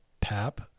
pap